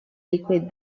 liquid